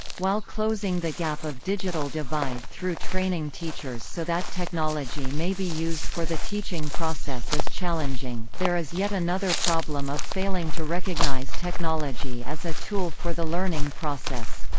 while closing the gap of digital divide through training teachers so that technology may be used for the teaching process is challenging, there is yet another problem of failing to recognize technology as a tool for the learning process.